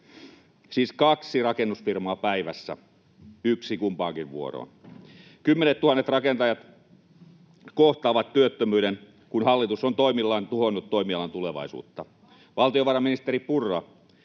siis kaksi rakennusfirmaa päivässä, yksi kumpaankin vuoroon. Kymmenettuhannet rakentajat kohtaavat työttömyyden, kun hallitus on toimillaan tuhonnut toimialan tulevaisuutta. Valtiovarainministeri Purra,